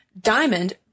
diamond